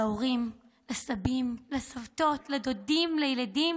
להורים, לסבים, לסבתות, לדודים, לילדים